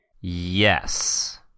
Yes